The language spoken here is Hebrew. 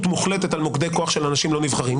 מוחלטת על מוקדי כוח של אנשים לא נבחרים,